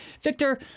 Victor